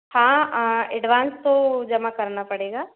हाँ एडवांस तो जमा करना पड़ेगा